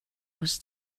was